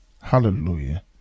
hallelujah